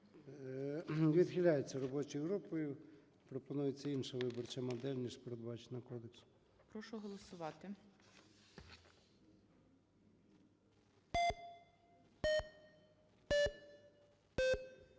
Відхиляється робочою групою. Пропонується інша виборча модель, ніж передбачена кодексом. ГОЛОВУЮЧИЙ. Прошу голосувати.